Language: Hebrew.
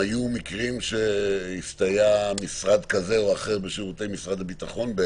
היו מקרים שהסתייע משרד כזה או אחר בשירותי משרד הביטחון